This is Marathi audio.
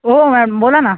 ओहो मॅम बोला ना